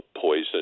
poison